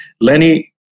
Lenny